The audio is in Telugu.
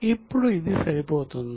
ఇప్పుడు ఇది సరిపోతుందా